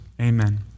Amen